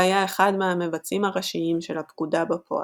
והיה אחד מהמבצעים הראשיים של הפקודה בפועל.